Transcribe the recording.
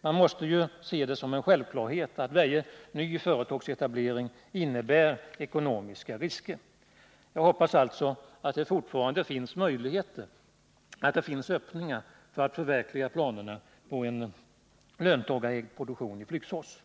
Man måste se det som en självklarhet att varje ny företagsetablering innebär ekonomiska risker. Jag hoppas alltså att det fortfarande finns möjligheter och öppningar för att förverkliga planerna på en löntagarägd produktion i Flygsfors.